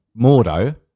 Mordo